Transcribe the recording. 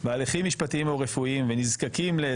בעצמה הייתה בוועדה שבה היא בעצמה,